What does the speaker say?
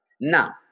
Now